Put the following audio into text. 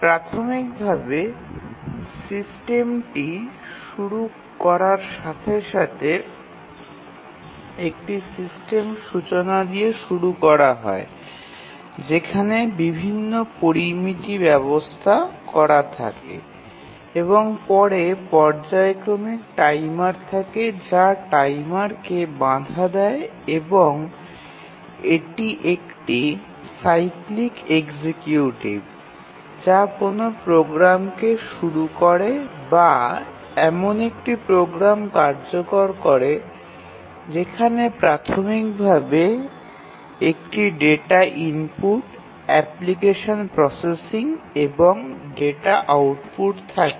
প্রাথমিকভাবে সিস্টেমটি শুরু করার সাথে সাথে এটি সিস্টেম সূচনা দিয়ে শুরু করা হয় যেখানে বিভিন্ন প্যারামিটার ব্যবস্থা করা থাকে এবং পরে পর্যায়ক্রমিক টাইমার থাকে যা টাইমারকে বাধা দেয় এবং এটি একটি সাইক্লিক এক্সিকিউটিভ যা কোনও প্রোগ্রামকে শুরু করে বা এমন একটি প্রোগ্রাম কার্যকর করে যেখানে প্রাথমিকভাবে একটি ডেটা ইনপুট অ্যাপ্লিকেশন প্রসেসিং এবং ডেটা আউটপুট থাকে